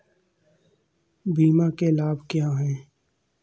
बीमा के लाभ क्या हैं?